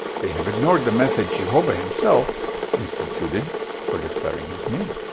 they have ignored the method jehovah himself instituted for declaring his name.